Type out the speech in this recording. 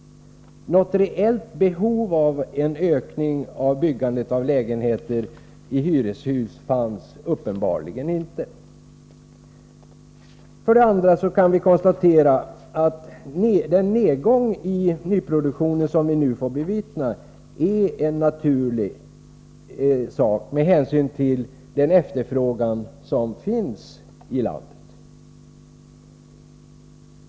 Något reellt behov av en ökning av byggandet av lägenheter i hyreshus fanns uppenbarligen inte. För det andra kan vi konstatera att den nedgång i nyproduktionen som vi nu får bevittna är en naturlig sak, med hänsyn till den efterfrågan som finns i landet.